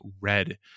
Red